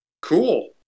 cool